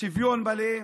שוויון מלא.